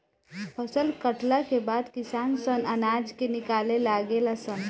फसल कटला के बाद किसान सन अनाज के निकाले लागे ले सन